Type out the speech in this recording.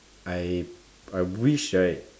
I I wish right